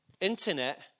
internet